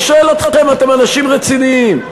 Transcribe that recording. אני שואל אתכם, אתם אנשים רציניים.